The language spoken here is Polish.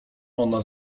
ona